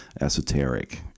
esoteric